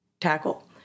tackle